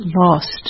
lost